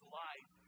life